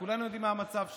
שכולנו יודעים מה המצב שלו,